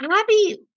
Abby